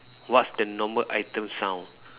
what's the normal item sound